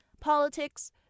politics